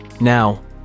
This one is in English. Now